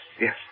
yes